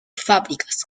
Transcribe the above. fábricas